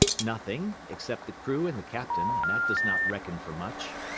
nothing, except the crew and the captain, and that does not reckon for much.